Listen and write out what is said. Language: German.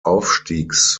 aufstiegs